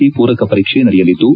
C ಪೂರಕ ಪರೀಕ್ಷೆ ನಡೆಯಲಿದ್ದು